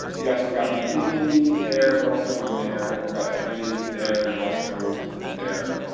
yes. we got new guinea there but also one there and we've got chinese there and also there.